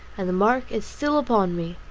and the mark is still upon me.